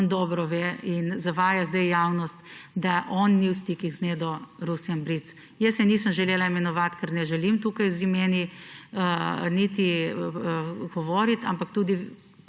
on dobro ve in zavaja zdaj javnost, da on ni v stikih z Nedo Rusjan Bric. Jaz je nisem želela imenovati, ker ne želim tukaj z imeni govoriti, tudi